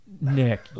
Nick